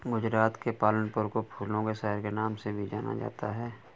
गुजरात के पालनपुर को फूलों के शहर के नाम से भी जाना जाता है